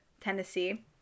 Tennessee